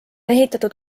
ehitatud